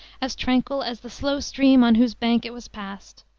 as tranquil as the slow stream on whose banks it was passed,